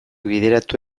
bideratu